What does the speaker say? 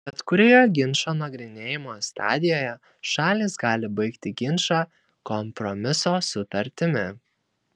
bet kurioje ginčo nagrinėjimo stadijoje šalys gali baigti ginčą kompromiso sutartimi